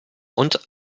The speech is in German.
und